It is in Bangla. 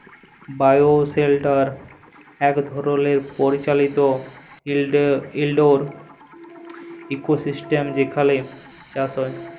বায়োশেল্টার ইক ধরলের পরিচালিত ইলডোর ইকোসিস্টেম যেখালে চাষ হ্যয়